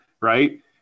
Right